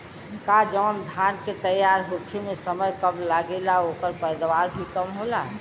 का जवन धान के तैयार होखे में समय कम लागेला ओकर पैदवार भी कम होला?